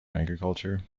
agriculture